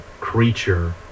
creature